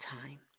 time